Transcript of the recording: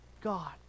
god